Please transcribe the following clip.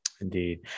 Indeed